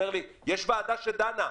אומר לי שיש ועדה שדנה,